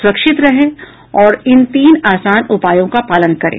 सुरक्षित रहें और इन तीन आसान उपायों का पालन करें